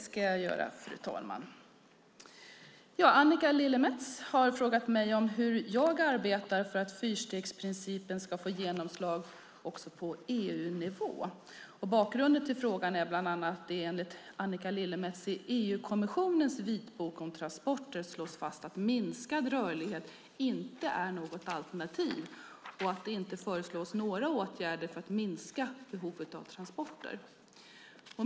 Fru talman! Annika Lillemets har frågat mig hur jag arbetar för att fyrstegsprincipen ska få genomslag på EU-nivå. Bakgrunden till frågan är bland annat att det enligt Annika Lillemets i EU-kommissionens vitbok om transporter slås fast att minskad rörlighet inte är något alternativ och att det inte föreslås några åtgärder för att minska behovet av transporter.